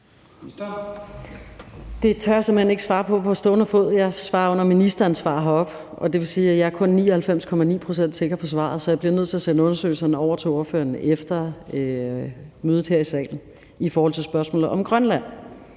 Det tør jeg simpelt hen ikke svare på på stående fod; jeg svarer under ministeransvar heroppe. Det vil sige, at jeg kun er 99,9 pct. sikker på svaret. Så jeg bliver nødt til at sende undersøgelserne over til ordføreren efter mødet her i salen i forhold til spørgsmålet om Grønland.